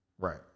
Right